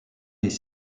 les